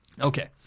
Okay